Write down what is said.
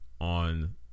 on